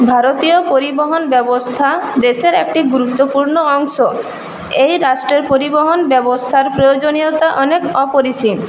ভারতীয় পরিবহন ব্যবস্থা দেশের একটি গুরুত্বপূর্ণ অংশ এই রাষ্ট্রের পরিবহন ব্যবস্থার প্রয়োজনীয়তা অনেক অপরিসীম